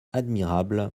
admirable